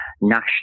national